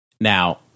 Now